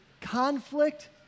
conflict